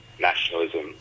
nationalism